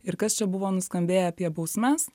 ir kas čia buvo nuskambėję apie bausmes